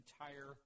entire